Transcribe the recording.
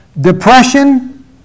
depression